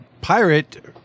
pirate